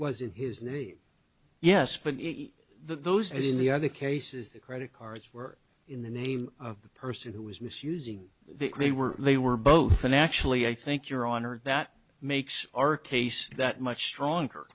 in his name yes but those in the other cases the credit cards were in the name of the person who was misusing the they were they were both in actually i think your honor that makes our case that much stronger